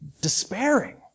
despairing